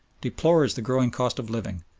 deplores the growing cost of living,